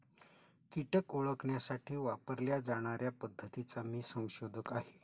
कीटक ओळखण्यासाठी वापरल्या जाणार्या पद्धतीचा मी संशोधक आहे